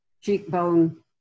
cheekbone